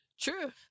True